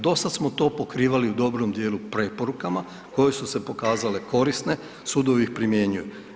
Dosad smo to pokrivali u dobrom dijelu preporukama koje su se pokazale korisne, sudovi ih primjenjuju.